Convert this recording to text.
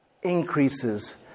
Increases